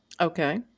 Okay